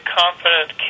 confident